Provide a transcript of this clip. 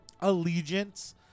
allegiance